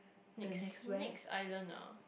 next next island ah